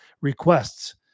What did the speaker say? requests